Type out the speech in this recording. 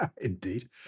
Indeed